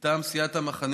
מטעם סיעת המחנה